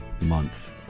month